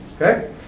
Okay